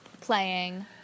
Playing